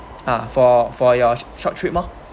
ah for for your short short trip loh